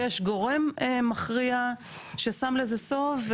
שיש גורם מכריע ששם לזה סוף,